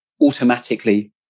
automatically